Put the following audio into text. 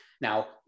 Now